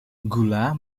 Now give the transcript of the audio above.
gula